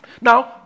Now